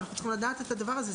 אנחנו צריכים לדעת את הדבר הזה,